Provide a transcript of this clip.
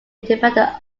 independent